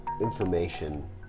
information